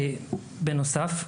בנוסף,